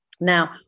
Now